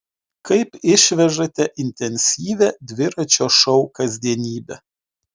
kaip išvežate intensyvią dviračio šou kasdienybę